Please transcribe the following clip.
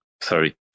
Sorry